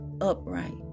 upright